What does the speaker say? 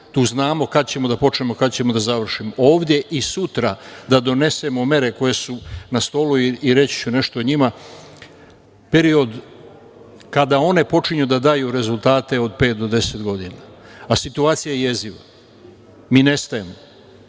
tu znamo kada ćemo da počnemo, kada ćemo da završimo. Ovde i sutra, da donesemo mere koje su na stolu, i reći ću nešto o njima, period kada one očinju da daju rezultate od pet do deset godina, a situacija je jeziva, mi nestajemo.